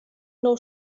nou